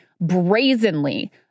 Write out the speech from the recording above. brazenly